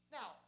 Now